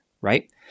Right